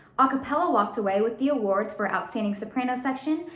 ah cappella walked away with the awards for outstanding soprano section,